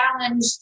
challenged